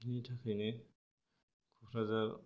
बिनि थाखायनो क'क्राजाराव